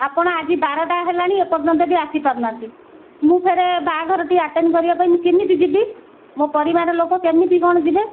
ଆପଣ ଆଜି ବାରଟା ହେଲାଣି ଏପର୍ଯ୍ୟନ୍ତ ବି ଆସିପାରୁନାହାନ୍ତି ମୁଁ ଫେରେ ବାହାଘରଟି ଆଟେଣ୍ଡ କରିବା ପାଇଁ ମୁଁ କେମିତି ଯିବି ମୋ ପରିବାର ଲୋକ କେମିତି କ'ଣ ଯିବେ